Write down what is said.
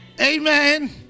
Amen